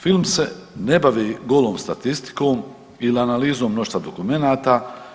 Film se ne bavi golom statistikom ili analizom mnoštva dokumenata.